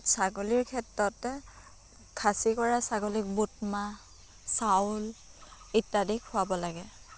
ছাগলীৰ ক্ষেত্ৰত খাচী কৰা ছাগলীক বুটমাহ চাউল ইত্যাদি খুৱাব লাগে